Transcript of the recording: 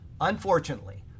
Unfortunately